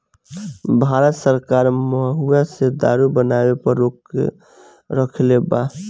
भारत सरकार महुवा से दारू बनावे पर रोक रखले बा